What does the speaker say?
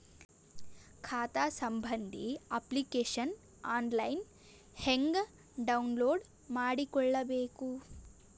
ಖಾತಾ ಸಂಬಂಧಿ application online ಹೆಂಗ್ ಡೌನ್ಲೋಡ್ ಮಾಡಿಕೊಳ್ಳಬೇಕು?